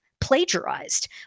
plagiarized